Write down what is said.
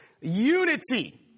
unity